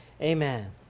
amen